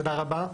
תודה רבה,